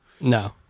no